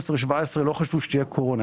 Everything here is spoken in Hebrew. שב-2017-2016 לא חשבו שתהיה קורונה.